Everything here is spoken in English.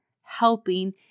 helping